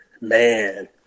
man